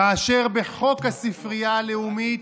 כאשר בחוק הספרייה הלאומית